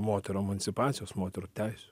moterų emancipacijos moterų teisių